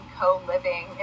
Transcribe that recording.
co-living